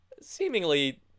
seemingly